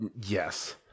Yes